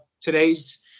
today's